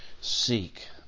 seek